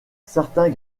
certains